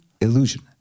illusion